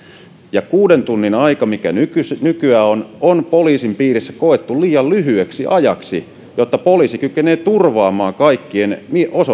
ja kuuden tunnin aika mikä nykyään nykyään on on poliisin piirissä koettu liian lyhyeksi ajaksi jotta poliisi kykenee turvaamaan kaikkien